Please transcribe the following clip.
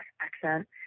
accent